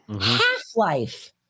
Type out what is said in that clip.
half-life